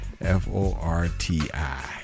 F-O-R-T-I